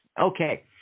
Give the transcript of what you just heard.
Okay